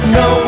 no